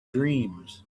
dreams